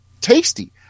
tasty